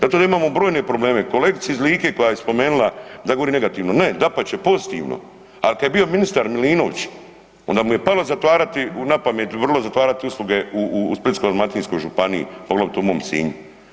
Zato imamo brojne probleme, kolegica iz Like koja je spomenula da ja govorim negativno, ne, dapače, pozitivno, a kad je bio ministar Milinović, onda mu je palo zatvarati, na pamet, vrlo zatvarati usluge u Splitsko-dalmatinskoj županiji, poglavito u mom Sinju.